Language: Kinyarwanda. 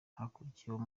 hakurikiyeho